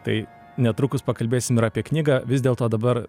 tai netrukus pakalbėsim ir apie knygą vis dėl to dabar